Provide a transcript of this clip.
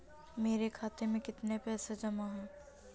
मेरे खाता में कितनी पैसे जमा हैं?